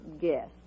Guess